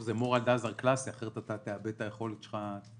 זה moral hazardקלאסי כי אחרת תאבד את היכולת שלך להתפתח.